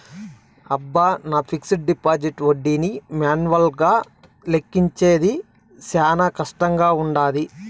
అబ్బ, నా fixed deposit ఒడ్డీని మాన్యువల్గా లెక్కించేది శానా కష్టంగా వుండాది